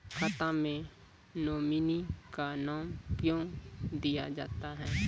खाता मे नोमिनी का नाम क्यो दिया जाता हैं?